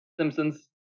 Simpsons